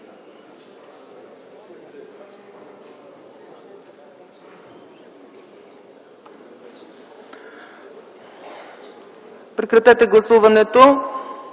Прекратете гласуването!